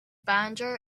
banjo